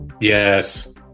Yes